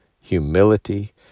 humility